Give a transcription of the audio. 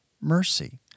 mercy